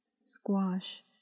squash